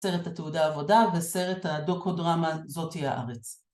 סרט התעודה העבודה וסרט הדוקודרמה זאתי הארץ.